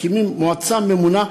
מקימים מועצה ממונה.